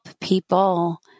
people